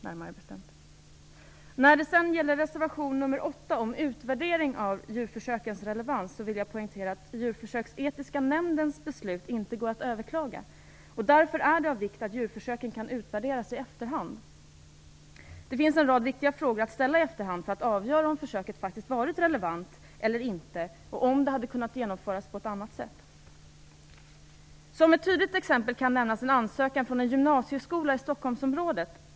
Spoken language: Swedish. När det gäller reservation nr 8 om en utvärdering av djurförsökens relevans vill jag poängtera att Djurförsöksetiska nämndens beslut inte kan överklagas. Därför är det av vikt att djurförsöken kan utvärderas i efterhand. Det finns en rad viktiga frågor att ställa i efterhand för att avgöra om ett försök faktiskt varit relevant eller inte och om det hade kunnat genomföras på ett annat sätt. Ett tydligt exempel är en ansökan från en gymnasieskola i Stockholmsområdet.